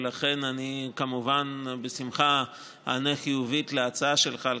ולכן אני כמובן בשמחה איענה חיובית להצעה שלך על